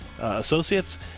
associates